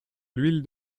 l’huile